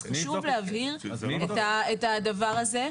חשוב להבהיר את הדבר הזה.